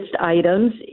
items